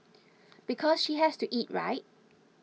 because she has to eat right